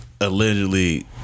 allegedly